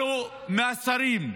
לו מהשרים,